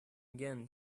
again